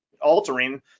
altering